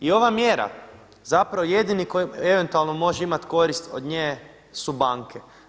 I ova mjera zapravo jedini koji eventualno može imati korist od nje su banke.